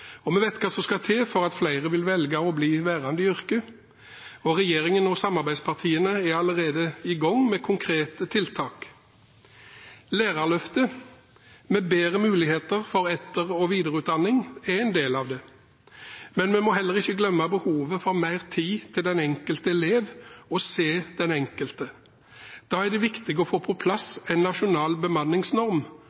og vi vet hva som skal til for at flere vil velge å bli værende i yrket, og regjeringen og samarbeidspartiene er allerede i gang med konkrete tiltak. Lærerløftet, med bedre muligheter for etter- og videreutdanning, er en del av det. Men vi må heller ikke glemme behovet for mer tid til den enkelte elev, å se den enkelte, og da er det viktig å få på plass en nasjonal bemanningsnorm